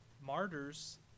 martyrs